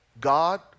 God